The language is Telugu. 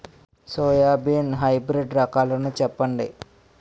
సోయాబీన్ హైబ్రిడ్ రకాలను చెప్పండి?